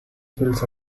fills